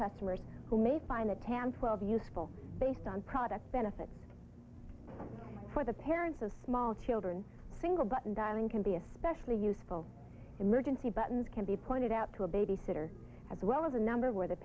customers who may find a tamp well be useful based on product benefit for the parents of small children single button dialing can be especially useful emergency buttons can be pointed out to a babysitter as well as a number where the